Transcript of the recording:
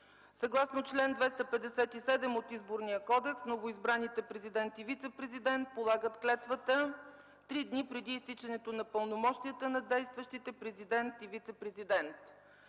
Съгласно чл. 257 от Изборния кодекс новоизбраните президент и вицепрезидент полагат клетвата три дни преди изтичането на пълномощията на действащите президент и вицепрезидент.